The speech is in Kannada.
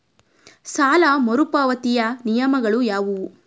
ಸಾಲ ಮರುಪಾವತಿಯ ನಿಯಮಗಳು ಯಾವುವು?